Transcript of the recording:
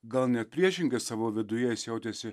gal net priešingai savo viduje jis jautėsi